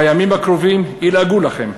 בימים הקרובים ילעגו לכם,